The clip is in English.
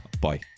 Bye